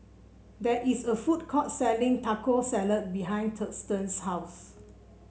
there is a food court selling Taco Salad behind Thurston's house